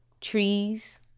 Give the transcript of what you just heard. trees